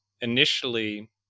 initially